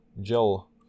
gel